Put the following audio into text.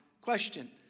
question